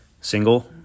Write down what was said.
Single